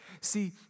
See